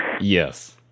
Yes